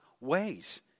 ways